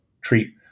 treat